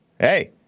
Hey